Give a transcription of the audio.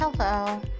Hello